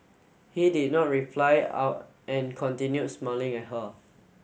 he did not reply out and continued smiling at her